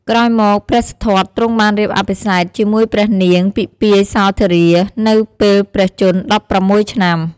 ក្រោយមកព្រះសិទ្ធត្ថទ្រង់បានរៀបអភិសេកជាមួយព្រះនាងពិម្ពាយសោធរា នៅពេលព្រះជន្ម ១៦ ឆ្នាំ។